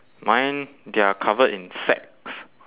mine they're covered in sacks